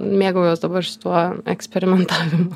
mėgaujuos dabar šituo eksperimentavimu